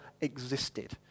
existed